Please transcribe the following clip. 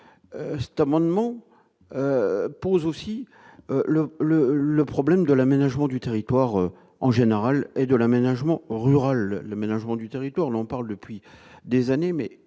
cet amendement pose aussi le le le problème de l'aménagement du territoire en général et de l'aménagement rural, le management du territoire l'on parle depuis des années, mais